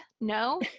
no